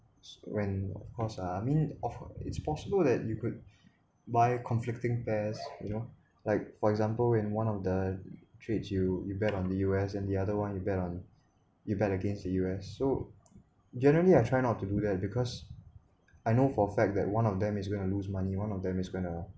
when course ah I mean of it's possible that you could buy conflicting pairs you know like for example in one of the trades you you bet on the U_S and the other one you bet on you bet against the U_S so generally I try not to do that because I know for a fact that one of them is going to lose money one of them is gonna to